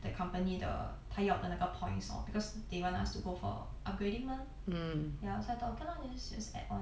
the company the 他要的那个 points lor because they want us to go for upgrading mah ya so I thought okay lah just add on lor